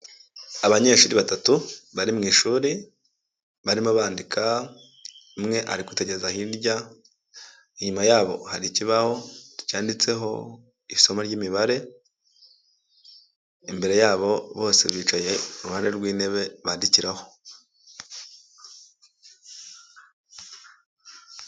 Abanyeshuri batatu bari mu ishuri barimo bandika umwe ari kwitegereza hiry, inyuma yabo hari ikibaho cyanditseho isomo ry'imibare, imbere yabo bose bicaye iruhande rw'intebe bandikiraho.